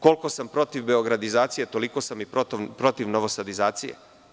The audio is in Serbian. Koliko sam protiv beogradizacije, toliko sam i protiv novosadizacije.